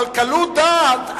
אבל קלות דעת,